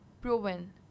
proven